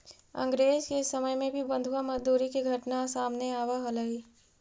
अंग्रेज के समय में भी बंधुआ मजदूरी के घटना सामने आवऽ हलइ